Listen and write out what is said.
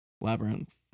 Labyrinth